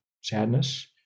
sadness